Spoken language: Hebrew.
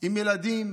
עם ילדים,